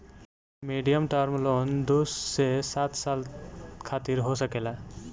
medium term loan दू से सात साल खातिर हो सकेला